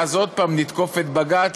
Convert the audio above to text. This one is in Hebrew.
ואז עוד פעם נתקוף את בג"ץ,